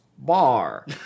Bar